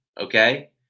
Okay